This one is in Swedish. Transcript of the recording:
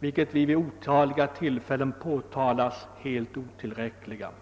helt otillräckliga, såsom har påtalats vid otaliga tillfällen.